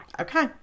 Okay